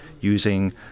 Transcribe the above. using